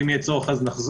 ואם יש צורך אז נחזור